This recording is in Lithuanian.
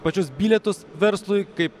pačius bilietus verslui kaip